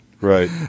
Right